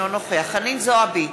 אינו נוכח חנין זועבי,